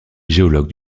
géologue